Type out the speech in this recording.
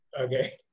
Okay